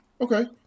Okay